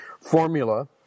formula